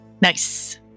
Nice